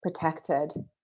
protected